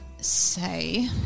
say